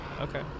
Okay